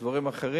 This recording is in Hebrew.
או דברים אחרים,